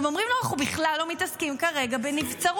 עכשיו אומרים לו: אנחנו בכלל לא מתעסקים כרגע בנבצרות.